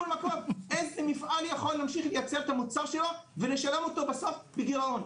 איזה מפעל יכול להמשיך לייצר את המוצר שלו ולשלם אותו בסוף בגירעון,